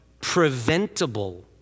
preventable